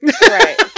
right